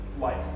Life